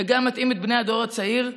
וגם מטעים את בני הדור הצעיר,